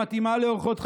שמתאימה לאורחות חייהם,